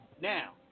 now